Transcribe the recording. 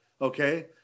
Okay